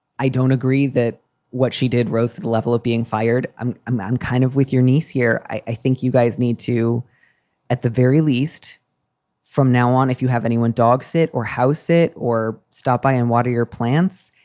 i don't agree that what she did rose to the level of being fired and um um kind of with your niece here, i think you guys need to at the very least from now on, if you have any one dog sit or house it or stop by and water your plants.